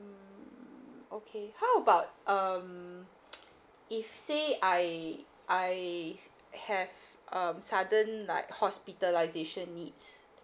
okay how about um if say I I have um sudden like hospitalisation needs